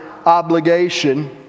obligation